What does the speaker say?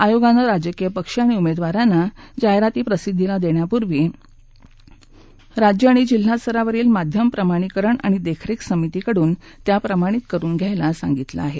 आयोगाने राजकीय पक्ष आणि उमेदवारांना जाहिराती प्रसिद्वीला देण्यापूर्वी राज्य आणि जिल्हा स्तरावरील माध्यम प्रमाणीकरण आणि देखरेख समितीकडून त्या प्रमाणित करून घ्यायला सांगितलं आहे